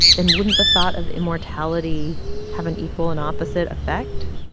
then wouldn't the thought of immortality have an equal and opposite effect?